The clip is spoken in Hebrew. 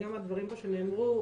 גם מהדברים פה שנאמרו,